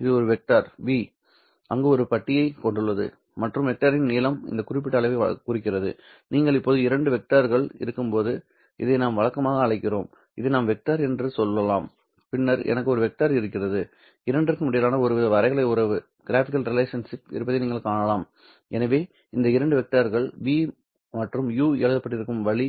எனவே இது ஒரு வெக்டர் v அங்கு ஒரு பட்டியைக் கொண்டுள்ளது மற்றும் வெக்டரின் நீளம் இந்த குறிப்பிட்ட அளவைக் குறிக்கிறது நீங்கள் இப்போது இரண்டு வெக்டர்கள் இருக்கும்போது இதை நாம் வழக்கமாக அழைக்கிறோம் இதை நாம் வெக்டர் என்று சொல்லலாம் பின்னர் எனக்கு ஒரு வெக்டர் இருக்கிறது இரண்டிற்கும் இடையே ஒருவித வரைகலை உறவு இருப்பதை நீங்கள் காணலாம் எனவே இந்த இரண்டு வெக்டர்கள் v மற்றும் u எழுதப்பட்டிருக்கும் வழி